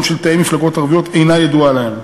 של תאי מפלגות ערביות אינה ידועה להם.